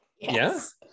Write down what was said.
yes